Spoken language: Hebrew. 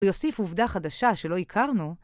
הוא יוסיף עובדה חדשה שלא הכרנו.